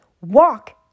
Walk